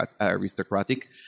aristocratic